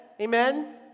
Amen